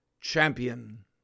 champion